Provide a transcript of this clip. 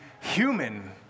human